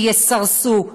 שיסרסו,